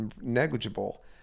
negligible